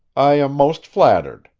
i am most flattered,